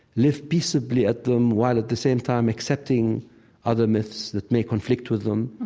live peaceably at them while at the same time accepting other myths that may conflict with them,